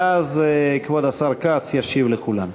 ואז כבוד השר כץ ישיב לכולם.